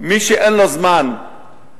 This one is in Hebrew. מי שאין לו זמן לחברים,